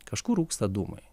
kažkur rūksta dūmai